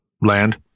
land